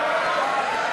היום,